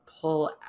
pull